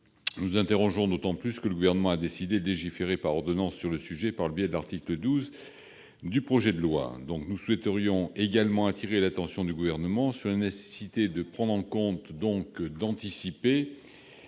Nos interrogations sont d'autant plus grandes que le Gouvernement a décidé de légiférer par ordonnance sur le sujet, par le biais de l'article 12 du projet de loi. Nous souhaitons également attirer l'attention du Gouvernement sur la nécessité de prendre en compte le futur